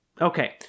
okay